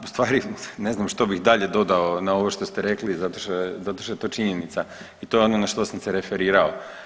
Da, ustvari ne znam što bih dalje dodao na ovo što ste rekli zato što je to činjenica i to je ono na što sam se referirao.